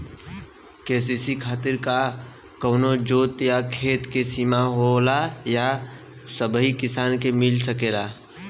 KCC खातिर का कवनो जोत या खेत क सिमा होला या सबही किसान के मिल सकेला?